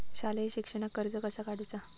शालेय शिक्षणाक कर्ज कसा काढूचा?